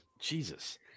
Jesus